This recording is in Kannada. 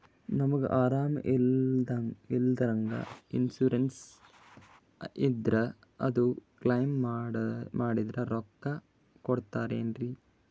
ನಮಗ ಅರಾಮ ಇಲ್ಲಂದ್ರ ಇನ್ಸೂರೆನ್ಸ್ ಇದ್ರ ಅದು ಕ್ಲೈಮ ಮಾಡಿದ್ರ ರೊಕ್ಕ ಕೊಡ್ತಾರಲ್ರಿ?